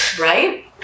Right